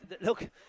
Look